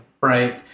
right